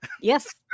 Yes